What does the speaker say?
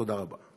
תודה רבה.